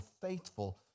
faithful